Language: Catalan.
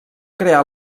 creà